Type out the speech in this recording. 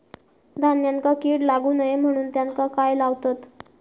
धान्यांका कीड लागू नये म्हणून त्याका काय लावतत?